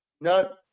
No